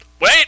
wait